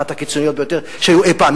אחת הקיצוניות ביותר שהיו אי-פעם.